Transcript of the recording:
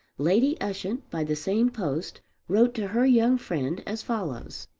lady ushant by the same post wrote to her young friend as follows